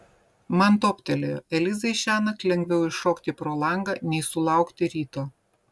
man toptelėjo elizai šiąnakt lengviau iššokti pro langą nei sulaukti ryto